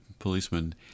policeman